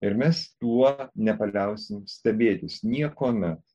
ir mes tuo nepaliausim stebėtis niekuomet